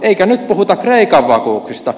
eikä nyt puhuta kreikan vakuuksista